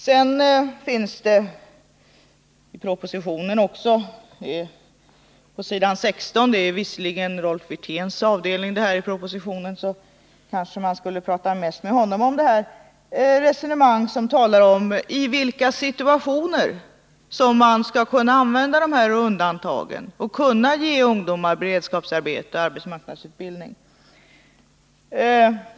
Det finns i propositionen på s. 16 — det är visserligen Rolf Wirténs del av propositionen, så om den biten kanske man skulle tala mest med honom -— ett resonemang som anger i vilka situationer man skall kunna använda undantagen och ge ungdomar beredskapsarbete eller arbetsmarknadsutbildning.